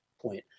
point